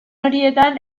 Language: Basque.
horietan